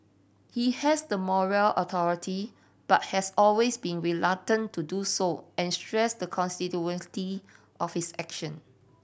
he has the moral authority but has always been reluctant to do so and stressed the constitutionality of his action